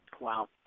Wow